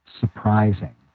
surprising